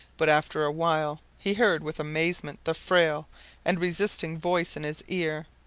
but after a while he heard with amazement the frail and resisting voice in his ear,